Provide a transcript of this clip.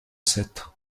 sept